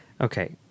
Okay